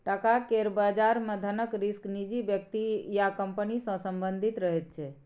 टका केर बजार मे धनक रिस्क निजी व्यक्ति या कंपनी सँ संबंधित रहैत छै